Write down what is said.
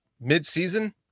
mid-season